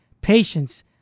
Patience